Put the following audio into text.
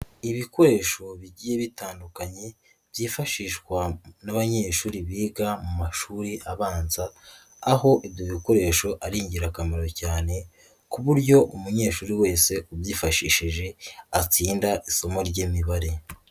Ibikoresho bigiye bitandukanye byifashishwa n'abanyeshuri biga mu mashuri abanza, aho ibyo bikoresho ari ingirakamaro cyane ku buryo umunyeshuri wese ubyifashishije atsinda isomo ry'imibare.